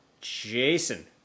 Jason